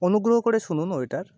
অনুগ্রহ করে শুনুন ওয়েটার